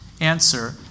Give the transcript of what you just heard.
answer